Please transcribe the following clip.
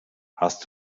hast